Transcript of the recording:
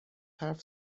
حرف